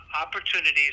opportunities